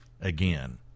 again